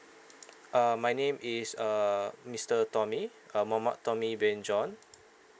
uh my name is uh mister tommy uh mohammad tommy bin john